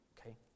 okay